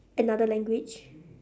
another language